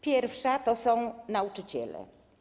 Pierwsza to są nauczyciele.